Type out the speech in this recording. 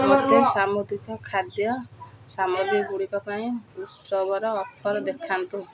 ମୋତେ ସାମୁଦ୍ରିକ ଖାଦ୍ୟ ସାମଗ୍ରୀ ଗୁଡ଼ିକ ପାଇଁ ଉତ୍ସବର ଅଫର୍ ଦେଖାନ୍ତୁ